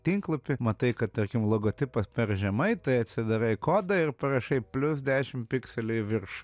tinklapį matai kad tarkim logotipas per žemai tai atsidarai kodą ir parašai plius dešim pikselių į viršų